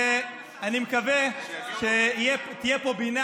אני מקווה שתהיה פה בינה